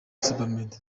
sebamed